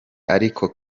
ariko